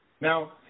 Now